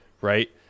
right